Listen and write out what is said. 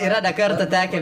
yra ne kartą tekę